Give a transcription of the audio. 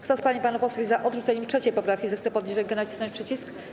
Kto z pań i panów posłów jest za odrzuceniem 3. poprawki, zechce podnieść rękę i nacisnąć przycisk.